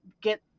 get